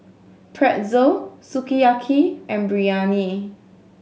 Pretzel Sukiyaki and Biryani